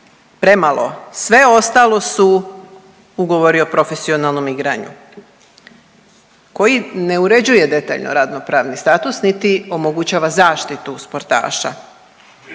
premalo. Sve ostalo su ugovori o profesionalnom igranju koji ne uređuje detaljno radno pravni status niti omogućava zaštitu sportaša.